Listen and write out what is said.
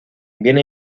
viene